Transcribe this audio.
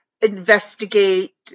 investigate